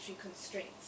constraints